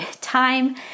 time